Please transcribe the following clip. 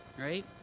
right